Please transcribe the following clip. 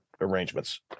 arrangements